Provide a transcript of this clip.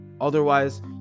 Otherwise